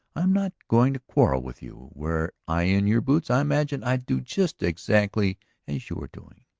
i am not going to quarrel with you were i in your boots i imagine i'd do just exactly as you are doing.